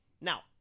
Now